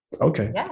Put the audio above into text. Okay